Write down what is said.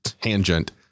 Tangent